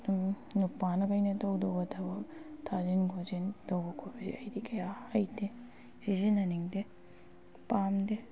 ꯅꯨꯄꯥꯅ ꯀꯩꯅ ꯇꯧꯒꯗꯧꯕ ꯊꯕꯛ ꯊꯥꯖꯤꯟ ꯈꯣꯆꯤꯟ ꯇꯧꯕ ꯈꯣꯠꯄꯁꯤ ꯑꯩꯗꯤ ꯀꯌꯥ ꯍꯩꯇꯦ ꯁꯤꯖꯤꯟꯅꯅꯤꯡꯗꯦ ꯄꯥꯝꯗꯦ